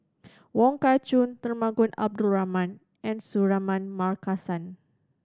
Wong Kah Chun Temenggong Abdul Rahman and Suratman Markasan